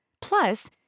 Plus